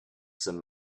some